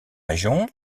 région